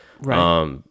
Right